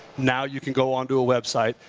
now you can go on to a website,